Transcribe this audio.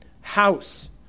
house